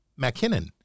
McKinnon